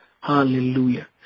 Hallelujah